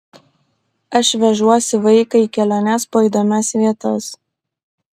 aš vežuosi vaiką į keliones po įdomias vietas